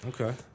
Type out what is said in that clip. Okay